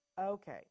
okay